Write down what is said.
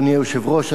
אדוני היושב-ראש,